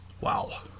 Wow